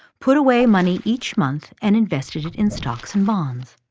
put away money each month and invested it in stocks and bonds.